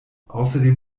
außerdem